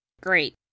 Great